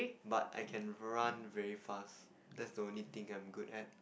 but I can run very fast that's the only thing I'm good at